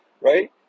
right